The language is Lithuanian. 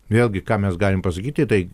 vėlgi ką mes galim pasakyti tai